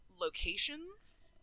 locations